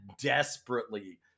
desperately